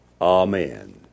Amen